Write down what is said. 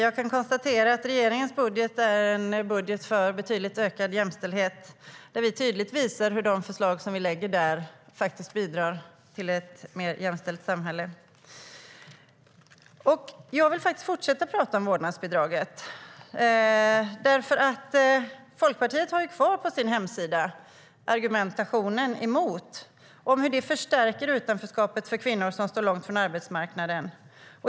Herr talman! Regeringens budget är en budget för betydligt ökad jämställdhet där vi tydligt visar hur de förslag vi lägger fram bidrar till mer jämställt samhälle. Jag vill fortsätta tala om vårdnadsbidraget. Folkpartiet har på sin hemsida kvar argumentationen emot. "Vårdnadsbidraget har förstärkt utanförskapet för kvinnor som står långt från arbetsmarknaden.